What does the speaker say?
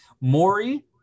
Maury